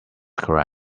correct